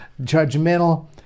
judgmental